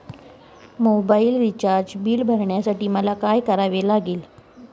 Mobile recharge bill भरण्यासाठी मला काय करावे लागेल?